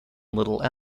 little